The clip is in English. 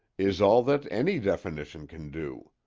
is all that any definition can do.